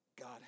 God